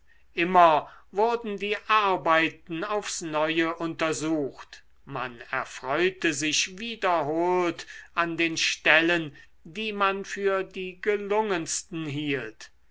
immer wurden die arbeiten aufs neue untersucht man erfreute sich wiederholt an den stellen die man für die gelungensten hielt